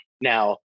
Now